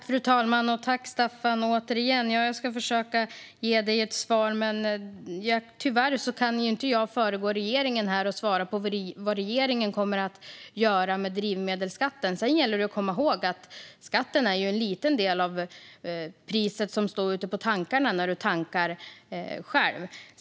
Fru talman! Jag ska försöka ge dig ett svar, Staffan. Men tyvärr kan jag inte föregå regeringen och svara på vad regeringen kommer att göra med drivmedelsskatten. Det gäller också att komma ihåg att skatten är en liten del av det pris som står på macken när man tankar själv.